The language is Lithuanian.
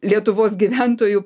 lietuvos gyventojų